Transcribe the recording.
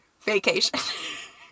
Vacation